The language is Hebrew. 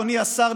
אדוני השר,